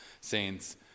saints